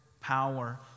power